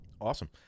Awesome